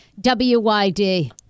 W-Y-D